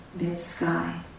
mid-sky